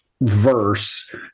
verse